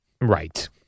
Right